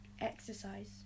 exercise